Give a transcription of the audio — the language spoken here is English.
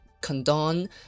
condone